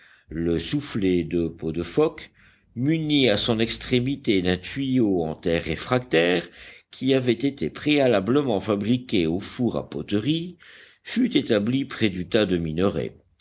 le soufflet de peaux de phoque muni à son extrémité d'un tuyau en terre réfractaire qui avait été préalablement fabriqué au four à poteries fut établi près du tas de minerai